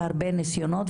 והרבה ניסיונות,